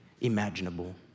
imaginable